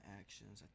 actions